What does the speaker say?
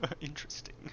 Interesting